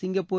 Singapore